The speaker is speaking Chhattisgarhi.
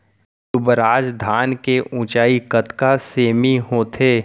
दुबराज धान के ऊँचाई कतका सेमी होथे?